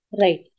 right